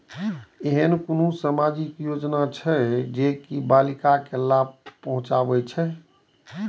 ऐहन कुनु सामाजिक योजना छे जे बालिका के लाभ पहुँचाबे छे?